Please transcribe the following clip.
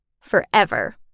forever